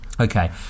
Okay